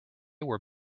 were